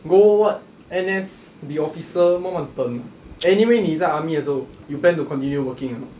go what N_S be officer 慢慢等 anyway 你在 army 的时候 you plan to continue working or not